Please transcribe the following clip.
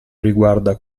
riguarda